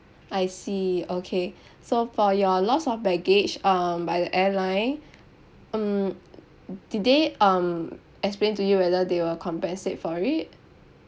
I see okay so for your loss of baggage um by the airline mm did they um explain to you whether they will compensate for it